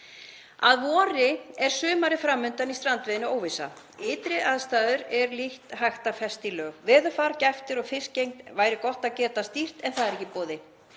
Að vori er sumarið fram undan í strandveiðinni í óvissu. Ytri aðstæður er lítt hægt að festa í lög. Veðurfar, gæftir og fiskgengd væri gott að geta stýrt en það er ekki í boði.